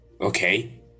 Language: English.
Okay